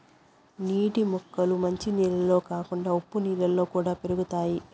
నీటి మొక్కలు మంచి నీళ్ళల్లోనే కాకుండా ఉప్పు నీళ్ళలో కూడా పెరుగుతాయి